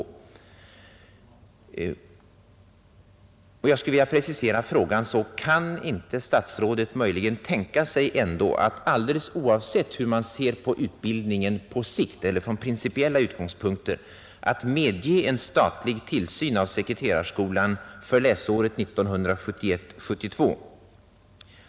Jag skulle vilja precisera frågan så: Kan inte statsrådet möjligen tänka sig att alldeles oavsett hur man från principiella utgångspunkter ser på utbildningen medge en statlig tillsyn av sekreterarskolan för läsåret 1971/72?